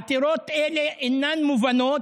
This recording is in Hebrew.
העתירות אלה אינן מובנות,